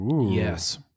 yes